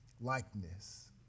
likeness